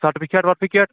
certificate وَٹفِکَیٹ